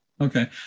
Okay